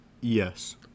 Yes